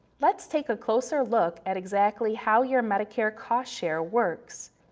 let's take a closer look at exactly how your medicare cost share works.